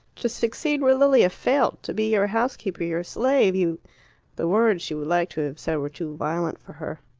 to succeed where lilia failed! to be your housekeeper, your slave, you the words she would like to have said were too violent for her.